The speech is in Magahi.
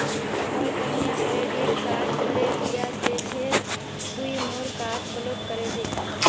मोर कन्या क्रेडिट कार्ड हरें दिया छे से तुई मोर कार्ड ब्लॉक करे दे